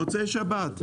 מוצאי שבת.